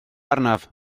arnaf